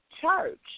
church